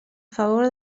favor